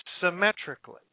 symmetrically